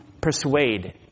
persuade